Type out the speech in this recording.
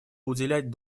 уделять